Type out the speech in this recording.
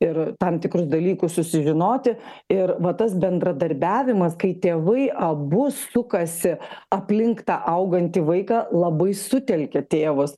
ir tam tikrus dalykus susižinoti ir va tas bendradarbiavimas kai tėvai abu sukasi aplink tą augantį vaiką labai sutelkia tėvus